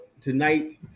tonight